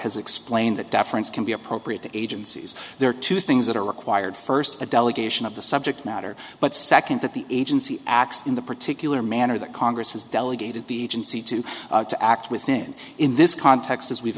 has explained that deference can be appropriate to agencies there are two things that are required first a delegation of the subject matter but second that the agency acts in the particular manner that congress has delegated the agency to to act within in this context as we've